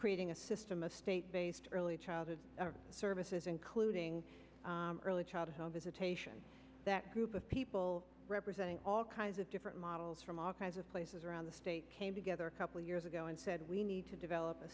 creating a system of state based early childhood services including early childhood visitation that group of people representing all kinds of different models from all kinds of places around the state came together a couple of years ago and said we need to develop a